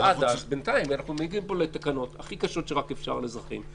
אבל עד אז בינתיים אנחנו מגיעים פה לתקנות הכי קשות שרק אפשר על אזרחים,